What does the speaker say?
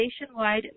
nationwide